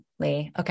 Okay